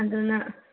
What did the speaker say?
ꯑꯗꯨꯅ